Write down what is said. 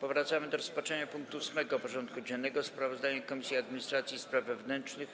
Powracamy do rozpatrzenia punktu 8. porządku dziennego: Sprawozdanie Komisji Administracji i Spraw Wewnętrznych